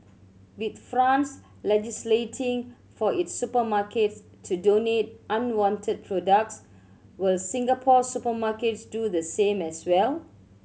with France legislating for its supermarkets to donate unwanted products will Singapore's supermarkets do the same as well